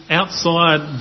outside